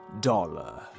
dollar